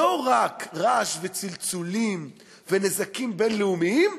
לא רק רעש וצלצולים ונזקים בין-לאומיים,